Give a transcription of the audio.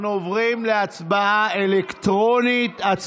אנחנו עוברים להצבעה אלקטרונית.